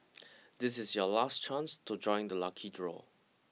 this is your last chance to join the lucky draw